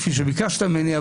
כפי שביקשת ממני,